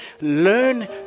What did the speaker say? learn